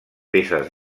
peces